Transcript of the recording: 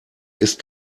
ist